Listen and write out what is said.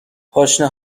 پاشنه